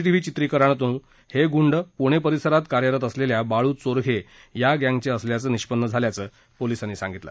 TV चित्रीकरणातून हे गुंड पुणे परिसरात कार्यरत असलेल्या बाळू चोरघे गँगचे असल्याचं निष्पन्न झाल्याचं पोलिसांनी सांगितलं